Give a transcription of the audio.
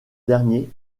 dernier